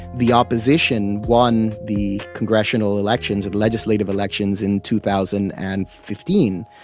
the opposition one the congressional elections, the legislative elections in two thousand and fifteen,